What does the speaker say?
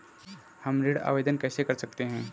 हम ऋण आवेदन कैसे कर सकते हैं?